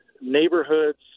neighborhoods